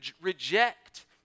reject